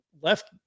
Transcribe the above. left